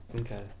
Okay